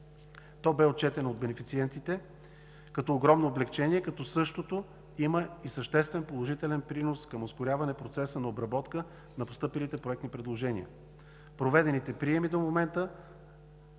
беше отчетено от бенефициентите като огромно облекчение. Същото има и съществен положителен принос към ускоряване процеса на обработка на постъпилите проектни предложения. Проведените приеми до момента